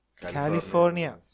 California